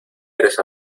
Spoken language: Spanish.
eres